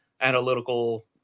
analytical